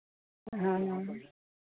हाँ